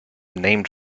named